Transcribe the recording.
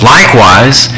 Likewise